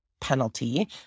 penalty